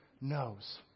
knows